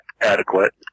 adequate